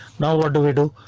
now what do we do?